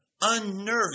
unnerving